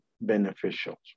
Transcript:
beneficial